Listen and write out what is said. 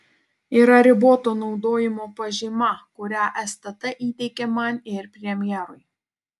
yra riboto naudojimo pažyma kurią stt įteikė man ir premjerui